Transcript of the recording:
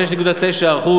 6.9%,